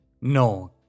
No